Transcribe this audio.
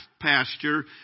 pasture